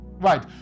Right